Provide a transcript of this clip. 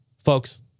Folks